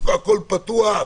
הכול פתוח,